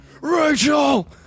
Rachel